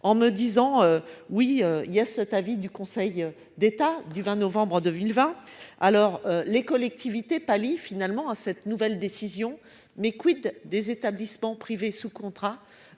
en me disant oui il y a cet avis du Conseil d'État du 20 novembre 2020. Alors les collectivités finalement à cette nouvelle décision, mais quid des établissements privés sous contrat.